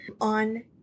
on